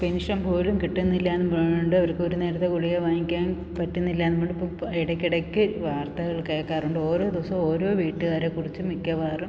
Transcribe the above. pension പോലും കിട്ടുന്നില്ലയെന്നും പറഞ്ഞുകൊണ്ട് അവർക്ക് ഒരു നേരത്തെ ഗുളിക വാങ്ങിക്കാൻ പറ്റുന്നില്ലയെന്നുമുണ്ട് ഇപ്പോൾ ഇപ്പോൾ ഇടയ്ക്ക് ഇടയ്ക്ക് വാർത്തകൾ കേൾക്കാറുണ്ട് ഓരോ ദിവസവും ഓരോ വീട്ടുകാരെക്കുറിച്ചും മിക്കവാറും